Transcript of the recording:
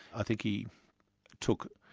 i think he took,